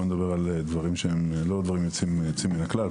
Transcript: אני לא מדבר על דברים יוצאים מן הכלל.